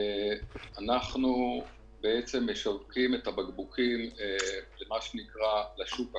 אנחנו משרתים את הבקבוקים לשוק הקר,